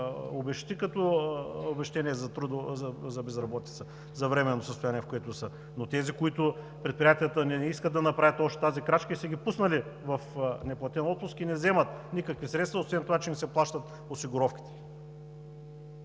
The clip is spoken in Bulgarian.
обезщети като обезщетение за безработица, за временното състояние, в което са, но тези, чиито предприятия не искат да направят още тази крачка и са ги пуснали в неплатен отпуск, и не вземат никакви средства, освен това, че им се плащат осигуровките